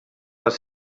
les